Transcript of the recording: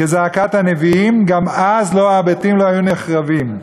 כזעקת הנביאים, גם אז הבתים לא היו נחרבים.